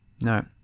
No